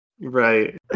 Right